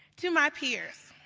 to my peers,